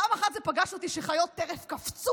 פעם אחת זה פגש אותי כשחיות טרף קפצו